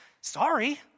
Sorry